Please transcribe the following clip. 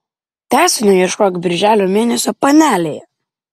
tęsinio ieškok birželio mėnesio panelėje